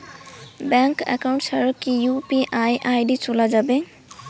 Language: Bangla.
ব্যাংক একাউন্ট ছাড়া কি ইউ.পি.আই আই.ডি চোলা যাবে?